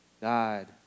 God